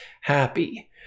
happy